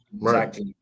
right